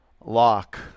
lock